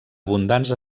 abundants